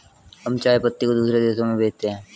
हम चाय पत्ती को दूसरे देशों में भेजते हैं